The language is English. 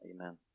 Amen